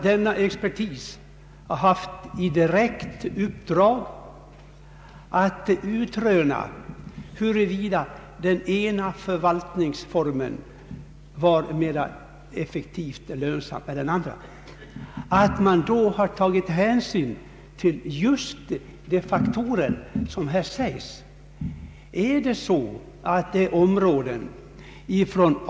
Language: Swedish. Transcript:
Denna expertis har haft i direkt uppdrag att utröna huruvida den ena förvaltningsformen är mera effektiv och lönsam än den andra, och man har tagit hänsyn till just de faktorer som här nämnts.